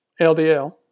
LDL